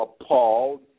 appalled